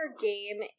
game